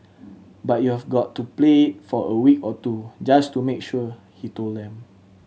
but you've got to play it for a week or two just to make sure he told them